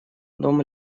дом